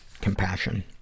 compassion